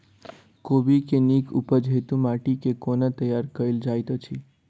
कोबी केँ नीक उपज हेतु माटि केँ कोना तैयार कएल जाइत अछि?